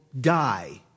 die